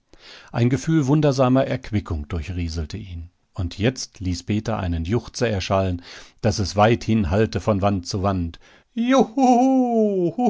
ein gefühl wundersamer erquickung durchrieselte ihn und jetzt ließ peter einen juchzer erschallen daß es weithin hallte von wand zu wand